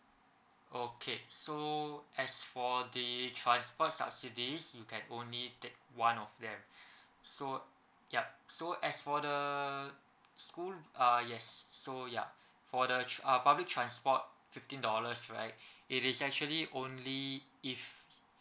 okay so as for the transport subsidies you can only take one of them so yup so as for the school uh yes so ya for the t~ uh public transport fifteen dollars right it is actually only if